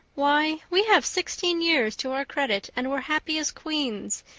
why, we have sixteen years to our credit, and we're happy as queens,